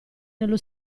nello